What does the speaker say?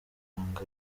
ibanga